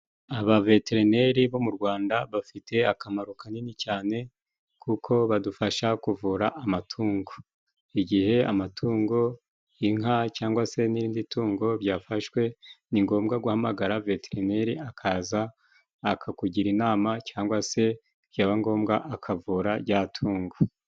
Abaveterineri bo mu Rwanda bafite akamaro kanini cyane kuko badufasha kuvura amatungo. Igihe amatungo inka cyangwa se n'irindi tungo byafashwe ni ngombwa guhamagara veterineri akaza akakugira inama, cyangwa se byaba ngombwa akavura jya tungo.